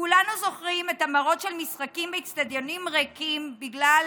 כולנו זוכרים את המראות של משחקים באצטדיונים ריקים בגלל